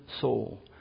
soul